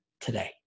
today